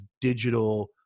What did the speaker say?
digital